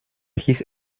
hieß